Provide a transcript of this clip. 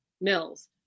Mills